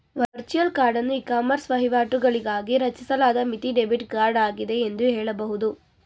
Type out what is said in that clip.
virtual ಕಾರ್ಡನ್ನು ecommerce ವಹಿವಾಟುಗಳಿಗಾಗಿ ರಚಿಸಲಾದ ಮಿತಿ ಡೆಬಿಟ್ ಕಾರ್ಡ್ ಆಗಿದೆ ಎಂದು ಹೇಳಬಹುದು